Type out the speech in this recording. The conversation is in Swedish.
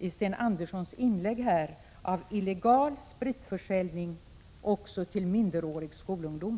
i Sten Anderssons inlägg ligger litet av försvar för illegal spritförsäljning — också till minderåriga skolungdomar.